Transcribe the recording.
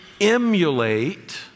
emulate